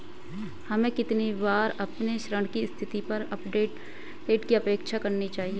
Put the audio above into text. हमें कितनी बार अपने ऋण की स्थिति पर अपडेट की अपेक्षा करनी चाहिए?